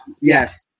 Yes